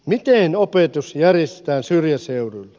miten opetus järjestetään syrjäseuduilla